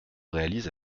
réalise